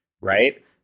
right